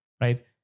right